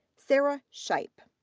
sarah shipe.